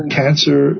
cancer